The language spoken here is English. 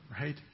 right